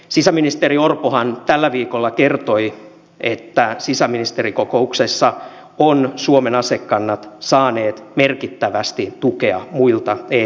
sisäministeri orpohan tällä viikolla kertoi että sisäministerikokouksessa ovat suomen asekannat saaneet merkittävästi tukea muilta eu mailta